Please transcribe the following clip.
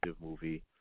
movie